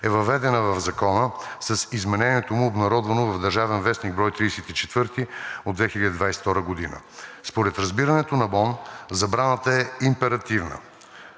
е въведена в Закона с изменението му, обнародвано в „Държавен вестник“, бр. 34 от 2022 г. Според разбирането на МОН забраната е императивна.